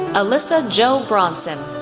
alyssa jo bronson,